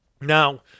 Now